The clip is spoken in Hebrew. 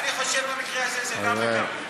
אני חושב שבמקרה הזה זה גם וגם.